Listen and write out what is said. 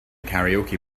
karaoke